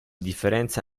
differenza